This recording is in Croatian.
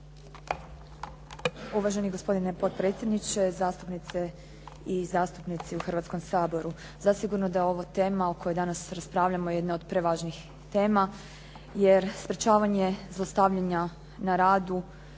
Uvaženi gospodine potpredsjedniče, zastupnice i zastupnici u Hrvatskom saboru. Zasigurno da je ova tema o kojoj danas raspravljamo jedna od prevažnih tema jer sprječavanje zlostavljanja na radu